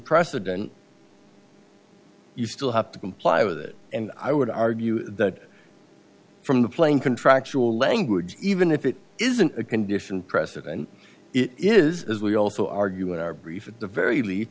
precedent you still have to comply with it and i would argue that from the plain contractual language even if it isn't a condition precedent it is as we also argue in our brief at the very least